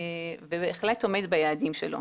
ובהחלט עומד ביעדים שלו.